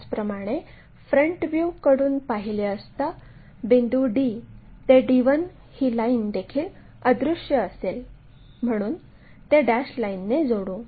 त्याचप्रमाणे फ्रंट व्ह्यूकडून पाहिले असता बिंदू d ते d1 ही लाईन देखील अदृश्य असेल म्हणून ते डॅश लाईनने जोडू